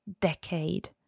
decade